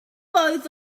both